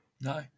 No